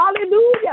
Hallelujah